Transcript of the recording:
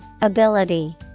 Ability